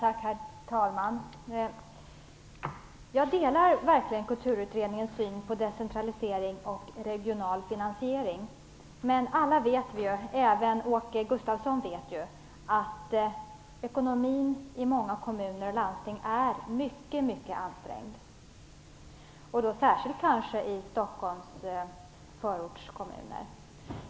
Herr talman! Jag delar verkligen Kulturutredningens syn på decentralisering och regional finansiering, men vi vet alla, även Åke Gustavsson, att ekonomin i många kommuner och landsting är mycket ansträngd. Det gäller kanske särskilt i Stockholms förortskommuner.